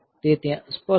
તે ત્યાં સ્પષ્ટ છે